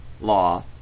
Law